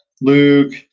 luke